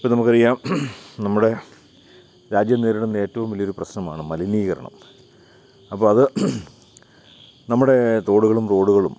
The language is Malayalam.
ഇപ്പോൾ നമുക്കറിയാം നമ്മുടെ രാജ്യം നേരിടുന്ന ഏറ്റവും വലിയൊരു പ്രശ്നമാണ് മലിനീകരണം അപ്പോൾ അത് നമ്മുടേ തോടുകളും റോഡുകളും